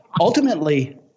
ultimately